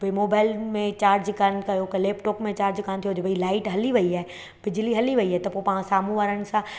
भई मोबाइल में चार्ज कान्हे कयो की लैप्टॉप में चार्ज कान थियो त भई लाइट हली वई आहे बिजली हली वई आहे त पोइ पाण साम्हूं वारनि सां